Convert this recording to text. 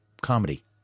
comedy